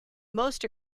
most